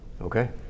okay